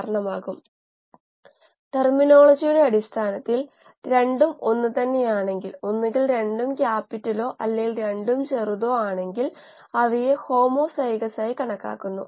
1 litre ചെറിയ തോതിൽ കണ്ടെത്തിയത് വലിയ തോതിൽ വിവർത്തനം ചെയ്യണം അതാണ് സ്കെയിൽ അപ്പ് അർത്ഥമാക്കുന്നത്